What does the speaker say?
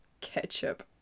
ketchup